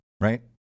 right